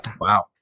Wow